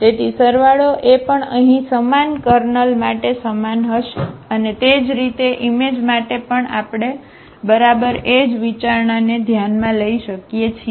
તેથી સરવાળો એ પણ અહીં સમાન કર્નલ માટે સમાન હશે અને તે જ રીતે ઈમેજ માટે પણ આપણે બરાબર એ જ વિચારણાને ધ્યાનમાં લઈ શકીએ છીએ